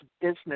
business